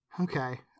Okay